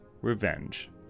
revenge